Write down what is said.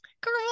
Girl